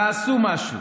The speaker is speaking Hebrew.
תעשו משהו.